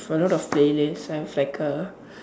a lot of playlist I've like a